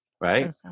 right